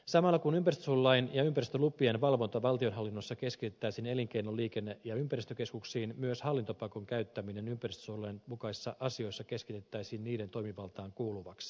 samalla kun ympäristönsuojelulain ja ympäristölupien valvonta valtionhallinnossa keskitettäisiin elinkeino liikenne ja ympäristökeskuksiin myös hallintopakon käyttäminen ympäristönsuojelulain mukaisissa asioissa keskitettäisiin niiden toimivaltaan kuuluvaksi